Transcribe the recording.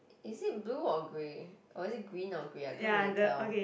is it blue or grey or is it green or grey I can't really tell